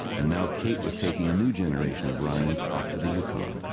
and now kate was taking a new generation of ryans off to the yukon.